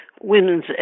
women's